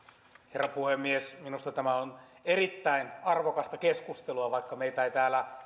herra puhemies minusta tämä on erittäin arvokasta keskustelua vaikka meitä ei täällä